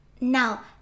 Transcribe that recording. Now